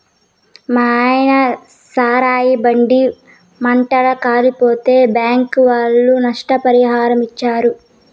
మాయన్న సారాయి బండి మంటల్ల కాలిపోతే బ్యాంకీ ఒళ్ళు నష్టపరిహారమిచ్చారు